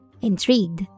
Intrigued